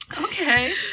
Okay